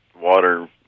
water